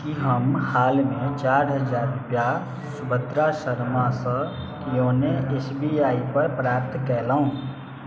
की हम हालमे चारि हजार रुपआ सुभद्रा शर्मासँ योनो एस बी आई पर प्राप्त केलहुँ